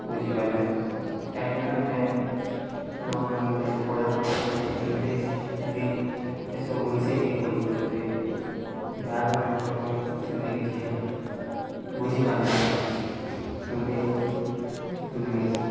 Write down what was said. ବୁଝିପାରିବେ ନା କାହିଁକିନା ଏବେ ଲୋକମାନେ ଏବେ ପଢ଼ାପଢ଼ି କରି ଇଂଲିଶ୍ ହିନ୍ଦୀ ଏସବୁ ମିଶେଇ କିରି କହି ଦଉଛନ୍ତି ବାହାର ଲୋକ ତ ସେମିତି କିଛି ବୁଝିପାରିବେ ନାହିଁ ହିନ୍ଦୀ ଓ ଇଂଲିଶ୍